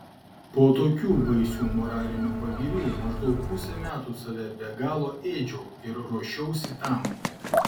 po tokių baisių moralinių pagirių maždaug pusę metų save be galo ėdžiau ir ruošiausi tam